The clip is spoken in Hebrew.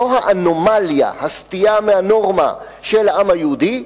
זו האנומליה, הסטייה מהנורמה של העם היהודי.